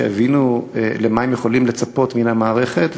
שהבינו למה הם יכולים לצפות מן המערכת,